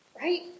right